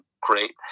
great